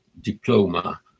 diploma